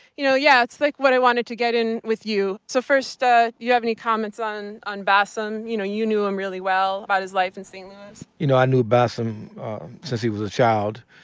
you know, yeah, that's like what i wanted to get in with you. so first, do ah you have any comments on on bassem? you know, you knew him really well. about his life in st. louis? you know, i knew bassem since he was a child.